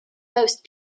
most